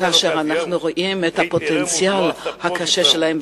כאשר אנחנו רואים את הפוטנציאל הקשה שלהם,